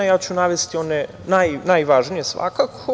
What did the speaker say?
Ja ću navesti one najvažnije svakako.